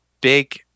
big